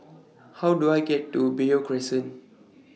How Do I get to Beo Crescent